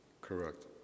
correct